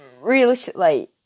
realistically